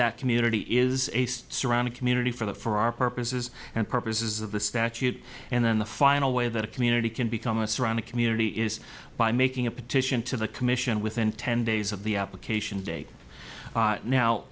that community is surround a community for that for our purposes and purposes of the statute and then the final way that a community can become a surrounding community is by making a petition to the commission within ten days of the application date